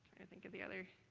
think of the other.